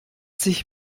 sich